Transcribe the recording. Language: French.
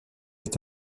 est